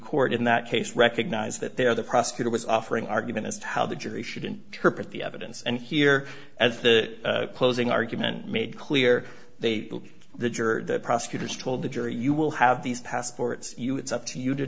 court in that case recognize that they are the prosecutor was offering argument as to how the jury shouldn't terp at the evidence and here as the closing argument made clear they the juror the prosecutors told the jury you will have these passports you it's up to you to